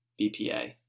BPA